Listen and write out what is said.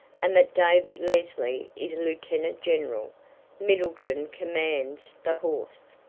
and that david lesley is lieutenant-general middleton commands the horse,